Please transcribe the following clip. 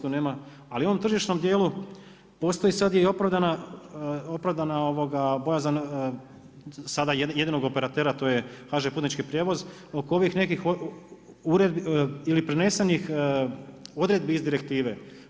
Tu nema, ali u ovom tržišnom dijelu postoji sad i opravdana bojazan sada jedinog operatera a to je HŽ putnički prijevoz oko ovih nekih uredbi ili prenesenih odredbi iz direktive.